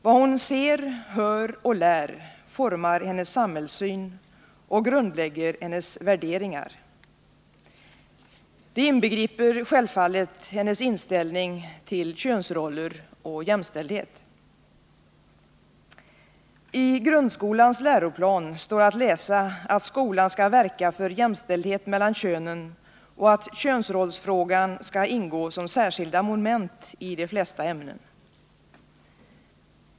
Vad hon ser, hör och lär formar hennes samhällssyn och grundlägger hennes värderingar. Det inbegriper självfallet hennes inställning till könsroller och jämställdhet. I grundskolans läroplan står att läsa att skolan skall verka för jämställdhet mellan könen och att könsrollsfrågan skall ingå som särskilt moment i de flesta ämnen.